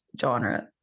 genre